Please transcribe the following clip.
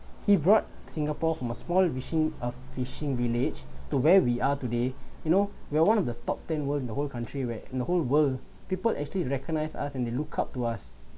he brought singapore from a small wishing a fishing village to where we are today you know well one of the top ten world in the whole country where in the whole world people actually recognize us and they look up to us